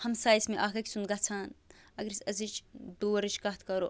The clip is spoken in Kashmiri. ہمساے ٲسۍ مےٚ اَکھ أکۍ سُنٛد گَژھان اگر أسۍ أزِچ دورٕچ کَتھ کَرو